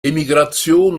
emigration